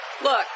Look